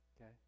Okay